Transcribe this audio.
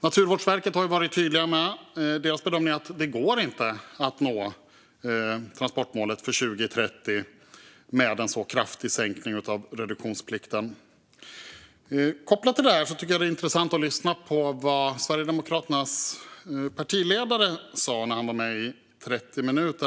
Naturvårdsverket har varit tydliga, och deras bedömning är att det inte går att nå transportmålet för 2030 med en så kraftig sänkning av reduktionsplikten. Kopplat till det här tycker jag att det är intressant att lyssna på vad Sverigedemokraternas partiledare sa när han var med i 30 minuter .